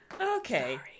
okay